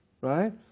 right